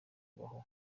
kubaho